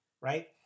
right